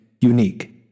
unique